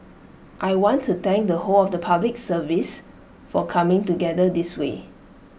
I want to thank the whole of the Public Service for coming together this way